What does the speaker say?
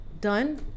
done